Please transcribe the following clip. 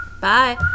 Bye